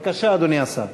בבקשה, אדוני השר.